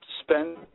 spend